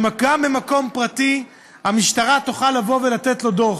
גם במקום פרטי, המשטרה תוכל לבוא ולתת לו דוח.